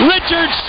Richard